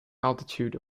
altitude